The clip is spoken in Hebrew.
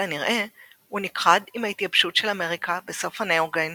ככל הנראה הוא נכחד עם ההתייבשות של אמריקה בסוף הנאוגן